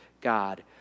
God